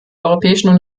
europäischen